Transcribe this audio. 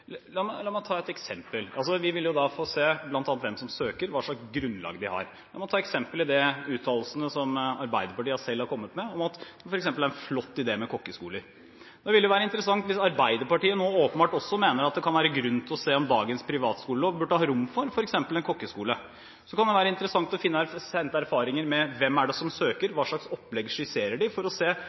La meg ta et eksempel: Vi vil bl.a. få se hvem det er som søker, hva slags grunnlag de har. La meg ta som eksempel de uttalelsene Arbeiderpartiet selv har kommet med, om at det f.eks. er en flott idé med kokkeskoler. Det ville være interessant hvis Arbeiderpartiet nå åpenbart også mener at det kan være grunn til å se om dagens privatskolelov burde ha rom for f.eks. en kokkeskole. Så kan det være interessant å hente inn erfaringer med hvem det er som søker, hva slags opplegg de skisserer, for å se